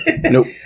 Nope